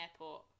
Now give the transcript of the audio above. airport